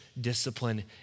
discipline